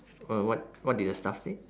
uh what what did the staff say